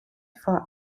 for